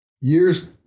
Years